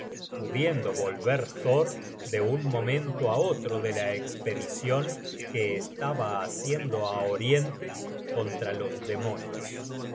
pudiendo volver thor de un momento á otro de la espedicion que estaba haciendo á oriente contra los demonios